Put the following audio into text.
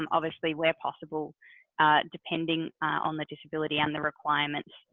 um obviously, where possible depending on the disability and the requirements,